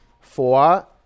four